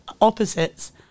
Opposites